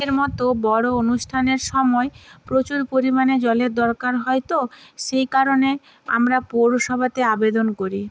এর মতো বড়ো অনুষ্ঠানের সময় প্রচুর পরিমাণে জলের দরকার হয় তো সেই কারণে আমরা পৌরসভাতে আবেদন করি